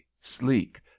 sleek